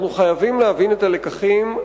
אנחנו חייבים להבין את הלקחים,